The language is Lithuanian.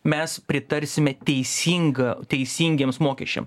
mes pritarsime teisinga teisingiems mokesčiam